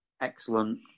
excellent